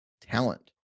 talent